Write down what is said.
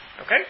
Okay